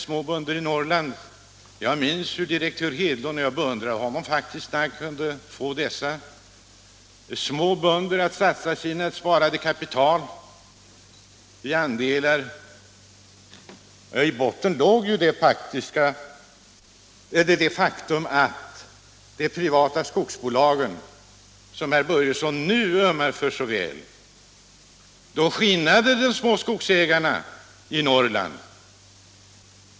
Jag beundrar faktiskt direktör Hedlund när han kunde få Zessa bönder att satsa sitt sparade kapital i andelar. I botten låg det faktum att de privata skogsbolagen, som herr Börjesson nu ömmnar för, skinnade de små skogsägarna i Norrland.